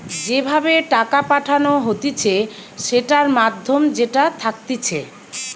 যে ভাবে টাকা পাঠানো হতিছে সেটার মাধ্যম যেটা থাকতিছে